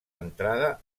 entrada